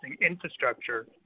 infrastructure